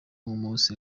nk’umunsi